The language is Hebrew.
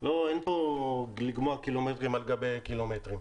אין פה לגמוא קילומטרים על גבי קילומטרים.